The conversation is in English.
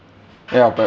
ya but